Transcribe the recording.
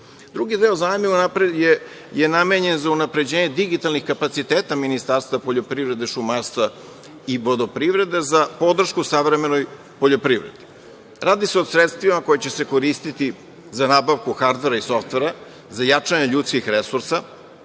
deo zajma unapred je namenjen za unapređenje digitalnih kapaciteta Ministarstva poljoprivrede, šumarstva i vodoprivrede, za podršku savremenoj poljoprivredi. Radi se o sredstvima koja će se koristiti za nabavku hardvera i softvera, za jačanje ljudskih resursa